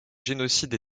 génocide